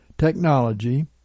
Technology